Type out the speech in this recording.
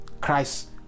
Christ